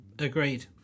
Agreed